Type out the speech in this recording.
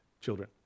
children